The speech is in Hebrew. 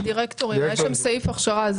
היה שם סעיף הכשרה.